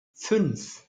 fünf